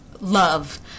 Love